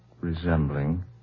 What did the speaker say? resembling